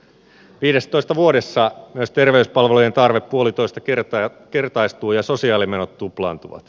viidessätoista vuodessa myös terveyspalvelujen tarve puolitoistakertaistuu ja sosiaalimenot tuplaantuvat